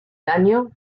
daño